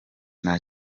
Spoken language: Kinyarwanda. nta